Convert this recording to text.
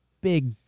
big